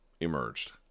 emerged